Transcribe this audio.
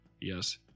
Yes